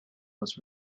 was